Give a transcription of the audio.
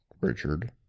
Richard